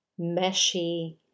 meshy